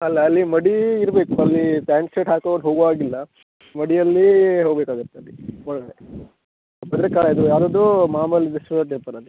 ಅಲ್ಲ ಅಲ್ಲಿ ಮಡಿ ಇರ್ಬೇಕು ಅಲ್ಲಿ ಪ್ಯಾಂಟ್ ಷರ್ಟ್ ಹಾಕೋರು ಹೋಗೊ ಹಾಗಿಲ್ಲ ಮಡಿಯಲ್ಲಿ ಹೋಗ್ಬೇಕಾಗತ್ತೆ ಅಲ್ಲಿ ಒಳಗಡೆ ಭದ್ರಕಾಳಿ ಅದು ಯಾರದ್ದು ಮಹಾಬಲೇಶ್ವರ ಟೆಂಪಲಲ್ಲಿ